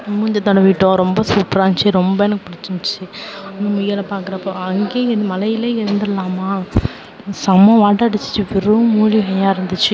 மூஞ்சை தடவி விட்டோம் ரொம்ப சூப்பராருந்துச்சு ரொம்ப எனக்கு பிடிச்சிருந்துச்சி அந்த முயலை பார்க்குறப்போ அங்கேயே இரு மலையிலே இருந்துடலாமா செம்ம வாட அடிச்சது வெறும் மூலிகையாக இருந்துச்சு